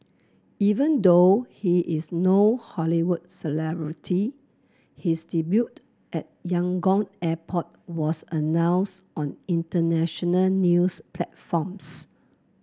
even though he is no Hollywood celebrity his debut at Yangon airport was announced on international news platforms